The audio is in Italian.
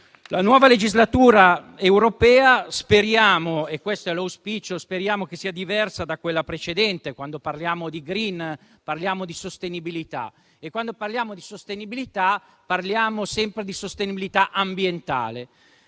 la nuova legislatura europea, auspichiamo che essa sia diversa da quella precedente. Quando parliamo di *green*, parliamo di sostenibilità e, quando parliamo di sostenibilità, parliamo sempre di sostenibilità ambientale.